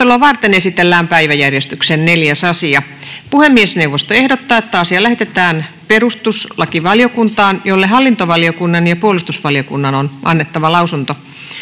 päiväjärjestyksen 4. asia. Puhemiesneuvosto ehdottaa, että asia lähetetään perustuslakivaliokuntaan, jolle hallintovaliokunnan ja puolustusvaliokunnan on annettava lausunto.